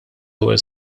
ewwel